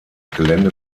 gelände